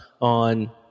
on